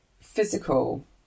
physical